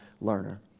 learner